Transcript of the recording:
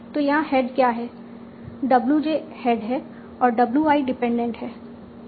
तो यहां हेड क्या है w j हेड है और w i डीपेंडेंट है